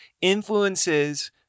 influences